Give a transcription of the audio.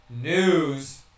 news